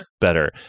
better